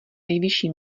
nejvyšší